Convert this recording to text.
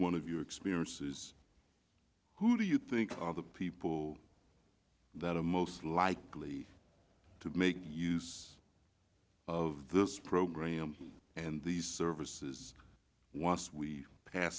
one of your experiences who do you think are the people that are most likely to make use of this program and these services once we